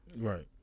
right